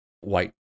white